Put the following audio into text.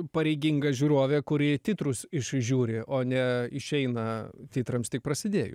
pareiginga žiūrovė kuri titrus išžiūri o ne išeina titrams tik prasidėjus